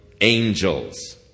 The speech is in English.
Angels